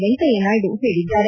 ವೆಂಕಯ್ಕನಾಯ್ತು ಹೇಳಿದ್ದಾರೆ